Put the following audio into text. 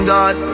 God